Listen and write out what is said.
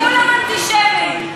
כולם אנטישמים.